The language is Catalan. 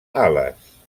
ales